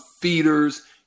feeders